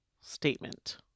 statement